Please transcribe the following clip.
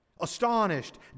Astonished